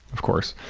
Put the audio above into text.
of course.